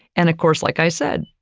and of course, like i said,